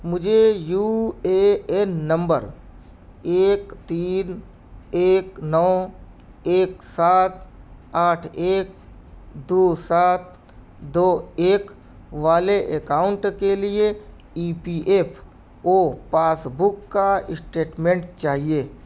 مجھے U A N نمبر ایک تین ایک نو ایک سات آٹھ ایک دو سات دو ایک والے اکاؤنٹ کے لیے E P F O passbook کا اسٹیٹمنٹ چاہیے